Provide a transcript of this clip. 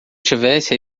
tivesse